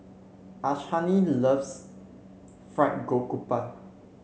Ashanti loves Fried Garoupa